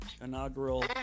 inaugural